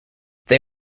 they